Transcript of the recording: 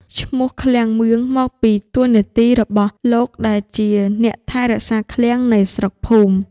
ឈ្មោះ «ឃ្លាំងមឿង» មកពីតួនាទីរបស់លោកដែលជាអ្នកថែរក្សាឃ្លាំងនៃស្រុកភូមិ ។